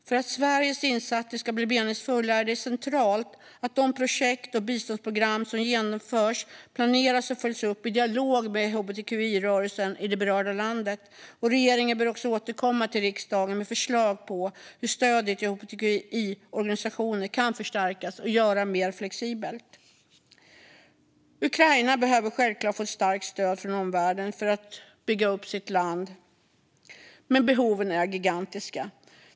För att Sveriges insatser ska bli meningsfulla är det därför centralt att de projekt och biståndsprogram som genomförs planeras och följs upp i dialog med hbtqi-rörelsen i det berörda landet. Regeringen bör återkomma till riksdagen med förslag på hur stödet till hbtqi-organisationer kan förstärkas och göras mer flexibelt. Ukraina behöver självklart få starkt stöd från omvärlden för att bygga upp landet, men behoven är gigantiska.